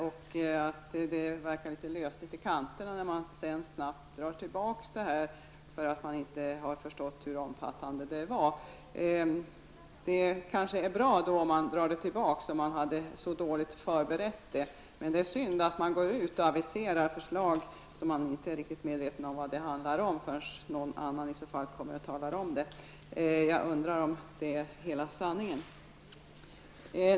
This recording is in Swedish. Det verkar litet löst i kanterna när man sedan snabbt drar tillbaka förslaget därför att man inte har förstått hur omfattande det är. Det kanske är bra om man drar tillbaka förslaget om det var så dåligt förberett. Men det är synd att man går ut och aviserar förslag när man inte är medveten om vad dessa handlar om förrän någon annan kommer och talar om det. Jag undrar om det är hela sanningen.